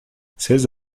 seize